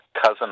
Cousin